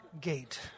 gate